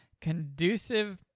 conducive